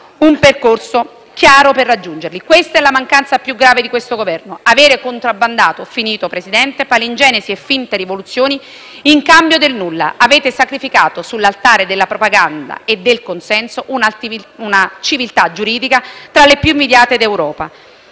un percorso chiaro per raggiungerli. Questa è la mancanza più grave di questo Governo: avere contrabbandato palingenesi e finte rivoluzioni in cambio del nulla. Avete sacrificato sull'altare della propaganda e del consenso una civiltà giuridica tra le più invidiate d'Europa.